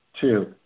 Two